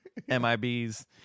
MIBs